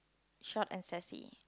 short and sassy